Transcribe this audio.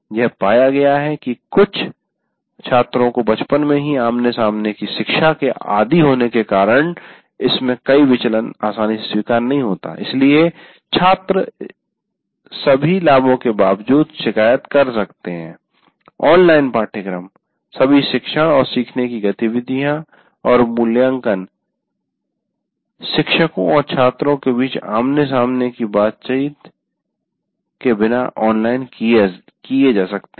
यह पाया गया है कि कुछ छात्रों को बचपन से ही आमने सामने की शिक्षा के आदी होने के कारण इससे कोई विचलन आसानी से स्वीकार्य नहीं होता है इसलिए छात्र इसके सभी लाभों के बावजूद शिकायत कर सकते हैं ऑनलाइन पाठ्यक्रम सभी शिक्षण और सीखने की गतिविधियाँ और मूल्यांकन शिक्षकों और छात्रों के बीच आमने सामने की बातचीत के बिना ऑनलाइन किए जाते हैं